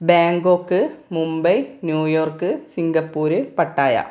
Bangkok Mumbai New York Singapore Pattaya